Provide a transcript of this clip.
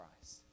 Christ